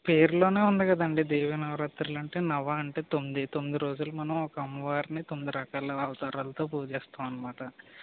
పేరులోనే ఉంది కదండీ దేవీ నవరాత్రులు అంటే నవ అంటే తొమ్మిది తొమ్మిది రోజులు మనం ఒక అమ్మవారిని తొమ్మిది రకాల అవతారలతో పూజిస్తాము అనమాట